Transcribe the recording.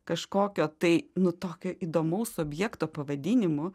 kažkokio tai nu tokio įdomaus objekto pavadinimu